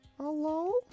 hello